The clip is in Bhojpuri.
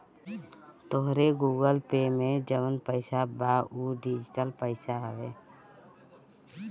तोहरी गूगल पे में जवन पईसा बा उ डिजिटल पईसा हवे